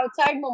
outside